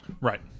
Right